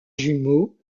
jumeau